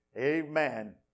Amen